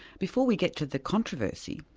before we get to the controversy,